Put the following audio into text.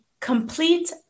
Complete